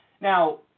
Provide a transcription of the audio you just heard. Now